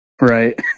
Right